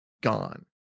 gone